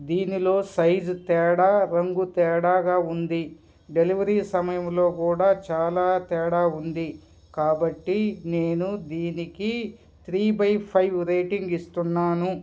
దీనిలో సైజు తేడా రంగు తేడాగా ఉంది డెలివరీ సమయంలో కూడా చాలా తేడా ఉంది కాబట్టి నేను దీనికి త్రీ బై ఫైవ్ రేటింగ్ ఇస్తున్నాను